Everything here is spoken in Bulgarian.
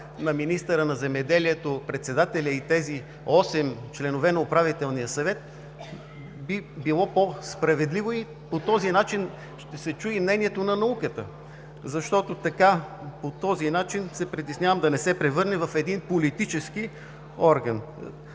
на министъра на земеделието и на председателя тези 8 членове на Управителния съвет, би било по-справедливо. По този начин ще се чуе и мнението на науката, защото така се притеснявам Управителният съвет да не се превърне в политически орган.